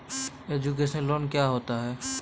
Education loan क्या होता है?